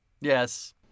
Yes